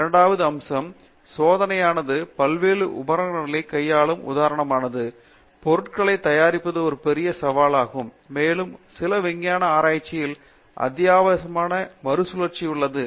இரண்டாவது அம்சம் சோதனையானது பல்வேறு உபகரணங்களை கையாளும் உதாரணமானது பொருட்களை தயாரிப்பது ஒரு பெரிய சவாலாகும் மேலும் சில விஞ்ஞான ஆராய்ச்சிகளில் அத்தியாவசியமான மறுசுழற்சி உள்ளது